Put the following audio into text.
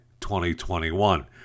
2021